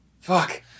Fuck